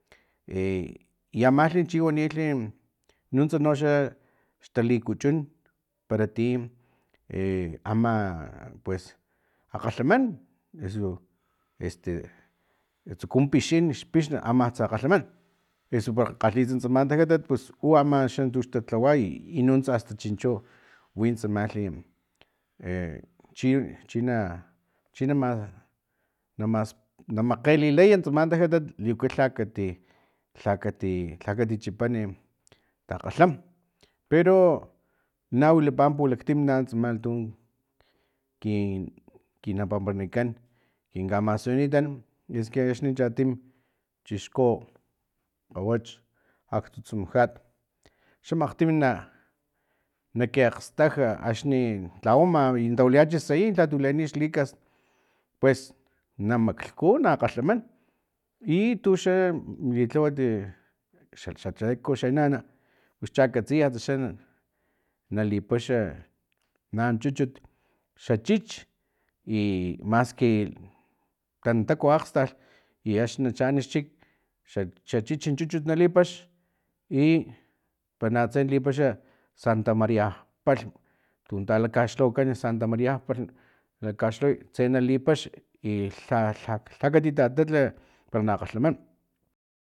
E i amalhi chiwanilhi nuntsa noxa xtalikuchun para ti e ama pues akgalhaman eso este tsuku pixin xpixn mantsa akgalhaman eso pa kalhits tsama tajatat pus u aman tu xtalhawa i nuntsa asta chincho win tsamalhi e chi china china ma mas na kgelilay tsaman tajatat liwaka lha kati lha kati lha kati chipan takgalham pero nawilapa pulaktim tsama tu kin nap o papa kan kin kamasiunitan esque axni chatim chixku kgawach aktsu tsumujat xamakgtin na naki akgstaj axni tlawama i na tawilayacha sayin i lhatu leni xlikas pues na maklhku na akgalhaman i tuxa xlitlawat xa xa teko xa nana pus chakatsiyats xla nalipaxa nan chuchut xa chich i maski tantaku akgstaj i axni na chaan xchik xa chichin chuchut nali pax i para na tse nali paxa santa maria palhm tun takaxlhawakan santa maria palhm na kaxlhaway tse nalipax i lha lha lha kati tatatl pero na akgalhaman